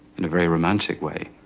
in a very romantic way,